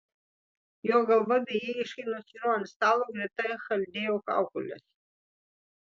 jo galva bejėgiškai nusviro ant stalo greta chaldėjo kaukolės